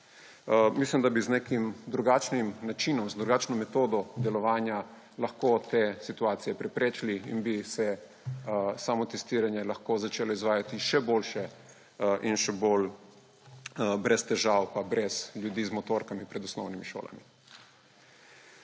Mislim, da bi z nekim drugačnim načinom, z drugačno metodo delovanja lahko te situacije preprečili in bi se samotestiranje lahko začelo izvajati še boljše in še bolj brez težav in brez ljudi z motorkami pred osnovnimi šolami.